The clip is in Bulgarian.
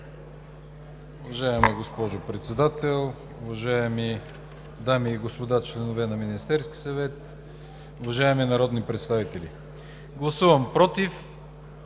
уважаема госпожо Председател, уважаеми дами и господа, членове на Министерския съвет, уважаеми народни представители! Гласувам „против“